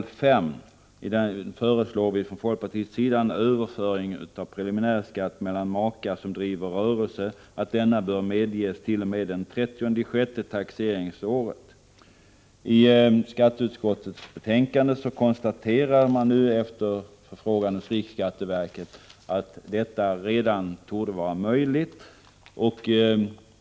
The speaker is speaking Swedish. I den föreslår folkpartiet att överföring av preliminärskatt mellan makar som driver rörelse bör medges t.o.m. den 30 juni taxeringsåret. I skatteutskottets betänkande konstateras nu efter förfrågan hos riksskatteverket att detta redan nu torde vara möjligt.